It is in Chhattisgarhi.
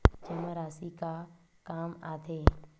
जमा राशि का काम आथे?